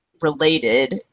related